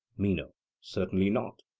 meno certainly not.